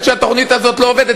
כשהתוכנית הזאת לא עובדת,